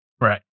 Right